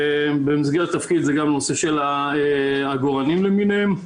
במסגרת התפקיד זה גם נושא של העגורנים למיניהם.